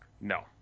No